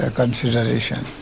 consideration